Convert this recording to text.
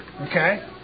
okay